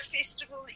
Festival